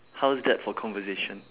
how's that for conversation